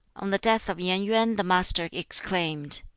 on the death of yen yuen the master exclaimed,